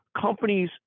companies